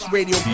Radio